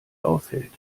auffällt